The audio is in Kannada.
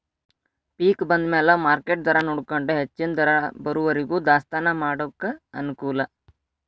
ಪಿಕ್ ಬಂದಮ್ಯಾಲ ಮಾರ್ಕೆಟ್ ದರಾನೊಡಕೊಂಡ ಹೆಚ್ಚನ ದರ ಬರುವರಿಗೂ ದಾಸ್ತಾನಾ ಮಾಡಾಕ ಅನಕೂಲ